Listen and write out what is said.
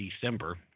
December